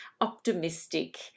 optimistic